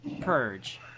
purge